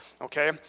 okay